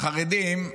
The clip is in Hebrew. החרדים,